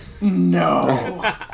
No